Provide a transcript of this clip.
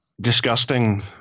disgusting